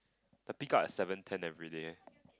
the pickup's at seven ten everyday